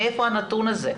מאיפה הנתון הזה?